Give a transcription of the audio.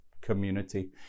community